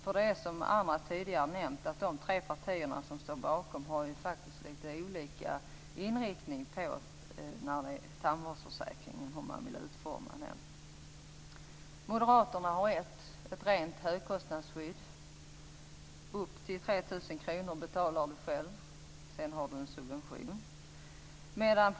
Det är så som andra tidigare har nämnt: De tre partier som står bakom har faktiskt litet olika syn på hur tandvårdsförsäkringen skall utformas. Moderaterna har en syn. De vill ha ett rent högkostnadsskydd. Man skall själv betala upp till 3 000 kr. Efter det finns det en subvention.